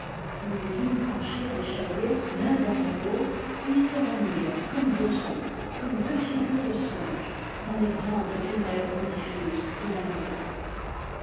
nous les vîmes franchir l'échalier l'un derrière l'autre puis s'évanouir comme deux ombres comme deux figures de songe dans les grandes ténèbres diffuses de la nuit